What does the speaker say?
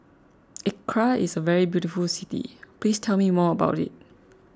Accra is a very beautiful city Please tell me more about it